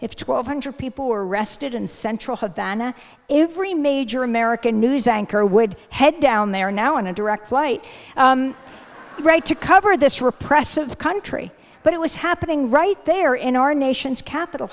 if twelve hundred people were arrested in central havana if we major american news anchor would head down there now on a direct flight to cover this repressive country but it was happening right there in our nation's capital